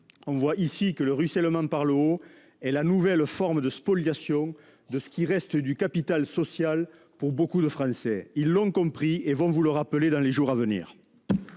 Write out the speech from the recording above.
On voit ici que le ruissellement vers le haut est la nouvelle forme de spoliation de ce qui reste du capital social. Les Français l'ont compris, et ils vont vous le rappeler dans les jours à venir